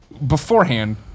Beforehand